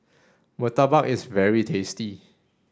Murtabak is very tasty